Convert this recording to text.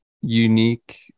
unique